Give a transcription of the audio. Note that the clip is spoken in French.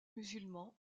musulmans